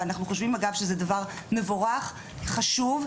ואנחנו חושבים שזה דבר מבורך חשוב,